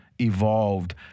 evolved